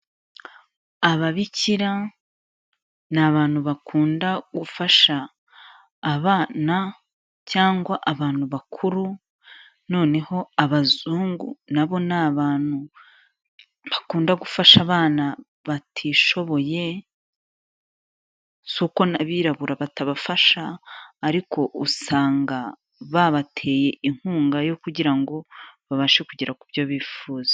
Ababikira ni abantu bakunda gufasha abana cyangwa abantu bakuru noneho abazungu na bo ni abantu bakunda gufasha abana batishoboye, si uko n'abirabura batabafasha ariko usanga babateye inkunga yo kugira ngo babashe kugera ku byo bifuza.